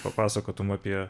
papasakotum apie